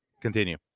Continue